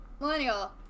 millennial